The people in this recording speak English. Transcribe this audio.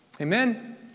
Amen